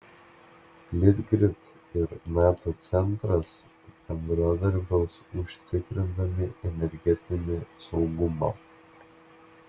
litgrid ir nato centras bendradarbiaus užtikrindami energetinį saugumą